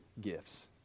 gifts